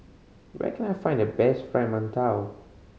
where can I find the best Fried Mantou